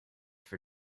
for